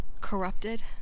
Corrupted